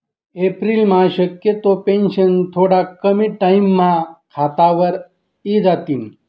एप्रिलम्हा शक्यतो पेंशन थोडा कमी टाईमम्हा खातावर इजातीन